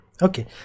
Okay